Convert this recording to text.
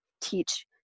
teach